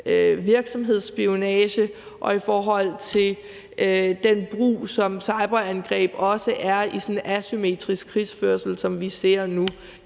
virksomhedsspionage og i form af den slags brug, som cyberangreb også er i sådan en asymmetrisk krigsførelse, som vi ser nu.